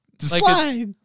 slide